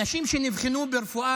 אנשים שנבחנו ברפואה,